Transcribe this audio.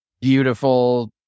beautiful